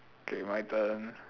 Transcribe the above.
okay my turn